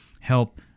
help